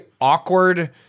awkward